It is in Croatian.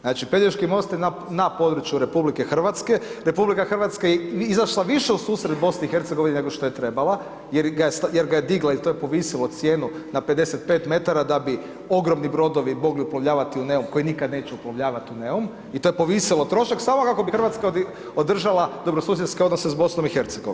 Znači, Pelješki most je na području RH, RH je izašla više u susret BiH nego što je trebala jer ga je digla, i to je povisilo cijenu, na 55 m, da bi ogromni brodovi mogli uplovljavati u Neum, koji nikad neće uplovljavati u Neum i to je povisilo trošak, samo kako bi Hrvatska održala dobrosusjedske odnose s BiH.